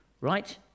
right